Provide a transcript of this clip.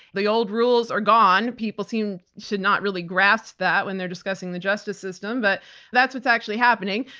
the old rules are gone. people seem to not really grasp that when they're discussing the justice system, but that's what's actually happening.